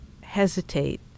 hesitate